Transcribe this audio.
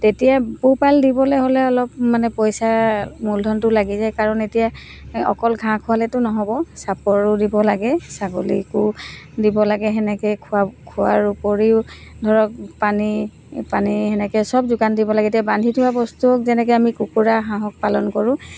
তেতিয়া পোহপাল দিবলৈ হ'লে অলপ মানে পইচা মূলধনটো লাগি যায় কাৰণ এতিয়া অকল ঘাঁহ খোৱালেতো নহ'ব চাপৰো দিব লাগে ছাগলীকো দিব লাগে সেনেকৈ খোৱা খোৱাৰ উপৰিও ধৰক পানী পানী সেনেকৈ চব যোগান দিব লাগে এতিয়া বান্ধি থোৱা বস্তুক যেনেকৈ আমি কুকুৰা হাঁহক পালন কৰোঁ